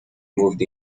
moved